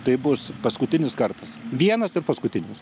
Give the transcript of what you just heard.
tai bus paskutinis kartas vienas ir paskutinis